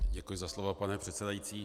Děkuji za slovo, pane předsedající.